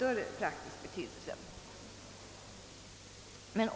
Förslaget har alltså ingen praktisk betydelse.